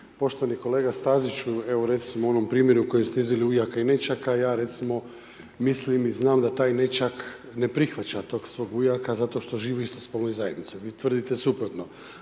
Poštovani kolega Staziću, evo recimo u onom primjeru u kojem ste iznijeli ujaka i nećaka ja recimo mislim i znam da taj nećak ne prihvaća tog svog ujaka zato što živi u istospolnoj zajednici, vi tvrdite suprotno.